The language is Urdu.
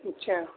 اچھا